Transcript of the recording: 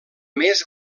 més